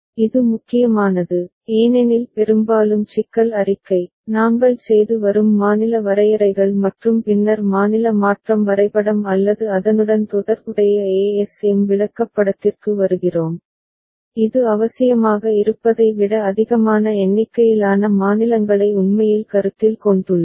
இது முக்கியமானது ஏனெனில் பெரும்பாலும் சிக்கல் அறிக்கை நாங்கள் செய்து வரும் மாநில வரையறைகள் மற்றும் பின்னர் மாநில மாற்றம் வரைபடம் அல்லது அதனுடன் தொடர்புடைய ஏஎஸ்எம் விளக்கப்படத்திற்கு வருகிறோம் இது அவசியமாக இருப்பதை விட அதிகமான எண்ணிக்கையிலான மாநிலங்களை உண்மையில் கருத்தில் கொண்டுள்ளோம்